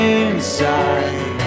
inside